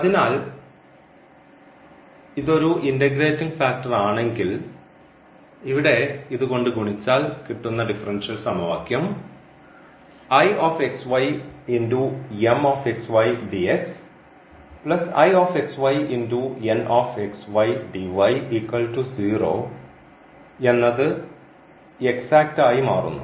അതിനാൽ ഇത് ഒരു ഇൻറഗ്രേറ്റിംഗ് ഫാക്ടർ ആണെങ്കിൽ ഇവിടെ ഇതുകൊണ്ട് ഗുണിച്ചാൽ കിട്ടുന്ന ഡിഫറൻഷ്യൽ സമവാക്യം എന്നത് എക്സാറ്റ് ആയി മാറുന്നു